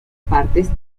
partes